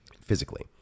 Physically